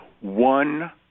one